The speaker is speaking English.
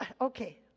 okay